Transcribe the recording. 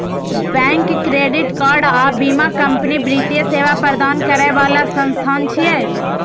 bank, credit card आ बीमा company वित्तीय सेवा प्रदान करै बला संस्थान छियै